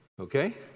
Okay